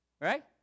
Right